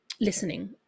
listening